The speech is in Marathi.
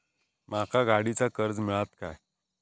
माका गाडीचा कर्ज मिळात काय?